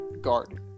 Garden